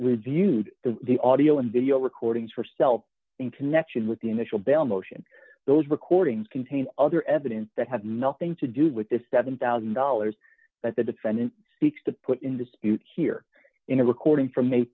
through the audio and video recordings for self in connection with the initial bail motion those recordings contain other evidence that had nothing to do with the seven thousand dollars that the defendant seeks to put in dispute here in a recording from